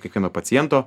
kiekvieno paciento